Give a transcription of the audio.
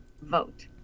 vote